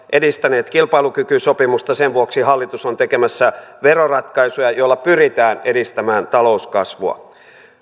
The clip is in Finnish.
edistäneet kilpailukykysopimusta ja sen vuoksi hallitus on tekemässä veroratkaisuja joilla pyritään edistämään talouskasvua